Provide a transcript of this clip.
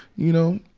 you know.